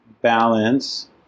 balance